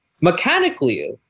mechanically